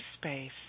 space